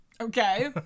Okay